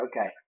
Okay